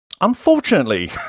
Unfortunately